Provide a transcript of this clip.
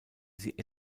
sie